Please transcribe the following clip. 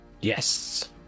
Yes